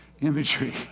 imagery